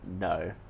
No